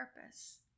purpose